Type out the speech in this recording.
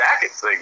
jackets